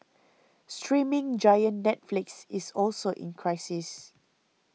streaming giant Netflix is also in crisis